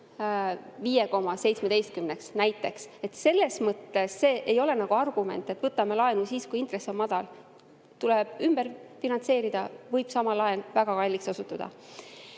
5,17%‑ks, näiteks. Selles mõttes see ei ole argument, et võtame laenu siis, kui intress on madal. Tuleb ümber finantseerida, sama laen võib väga kalliks osutuda.